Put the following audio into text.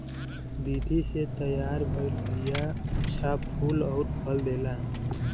विधि से तैयार भइल बिया अच्छा फूल अउरी फल देला